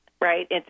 Right